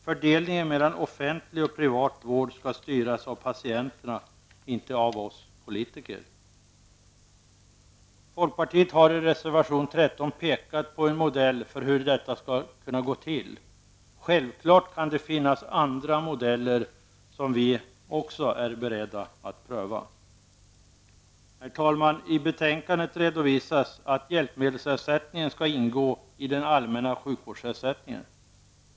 Fördelningen mellan offentlig och privat vård skall styras av patienterna och inte av oss politiker. Folkpartiet har i reservation 13 pekat på en modell för hur detta skall kunna gå till. Självfallet kan det finnas andra modeller som vi också är beredda att pröva. Herr talman! I betänkandet redovisas att hjälpmedelsersättningen skall ingå i den allmänna sjukvårdsersättningen.